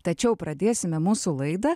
tačiau pradėsime mūsų laidą